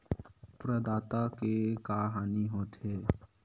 प्रदाता के का हानि हो थे?